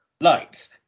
lights